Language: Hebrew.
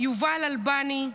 יובל הליבני,